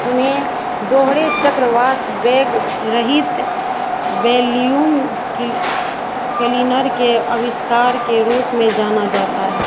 उन्हें दोहरे चक्रवात बैग रहित वैल्यूम क्लि क्लीनर के आविष्कार के रूप में जाना जाता है